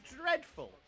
dreadful